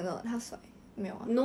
真的 [what]